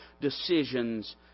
decisions